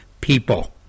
people